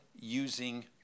using